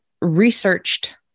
researched